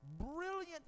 brilliant